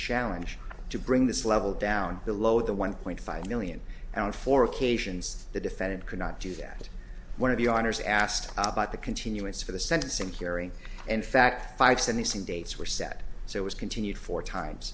challenge to bring this level down below the one point five million and on four occasions the defendant could not do that one of the honors asked about the continuance for the sentencing hearing in fact five sentencing dates were set so it was continued for times